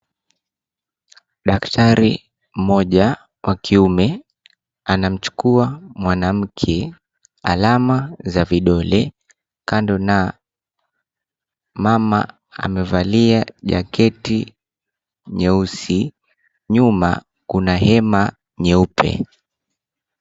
Daktari mmoja wa kiume anamchukua mwanamke alama za vidole kando na mama amevalia jaketi nyeusi. Nyuma kuna hema nyeupe.